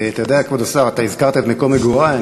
אתה יודע, כבוד השר, אתה הזכרת את מקום מגורי.